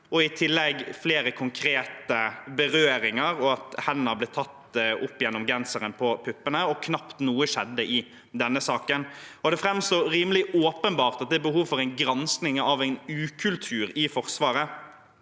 og i tillegg flere konkrete berøringer, som at hender ble tatt opp gjennom genseren på puppene. Knapt noe skjedde i denne saken. Det framstår rimelig åpenbart at det er behov for en gransking av en ukultur i Forsvaret.